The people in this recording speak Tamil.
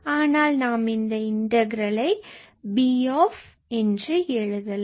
ஆனால் நாம் இந்த இன்டகிரல்லை B என எழுதலாம்